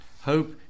Hope